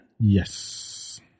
Yes